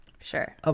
sure